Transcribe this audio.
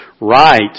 right